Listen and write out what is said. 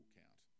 count